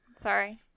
Sorry